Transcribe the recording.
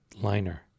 liner